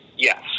Yes